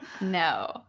No